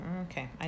okay